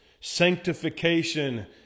Sanctification